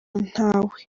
ntawe